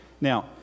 Now